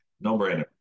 No-brainer